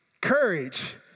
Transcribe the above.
courage